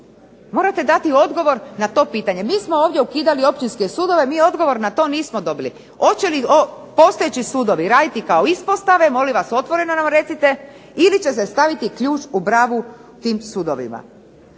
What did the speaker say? Morate dati odgovor na to pitanje. Mi smo ovdje ukidali općinske sudove, mi odgovor na to nismo dobili hoće li postojeći sudovi raditi kao ispostave molim vas otvoreno nam recite ili će se staviti ključ u bravu tim sudovima?